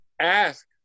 ask